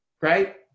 right